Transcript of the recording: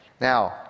Now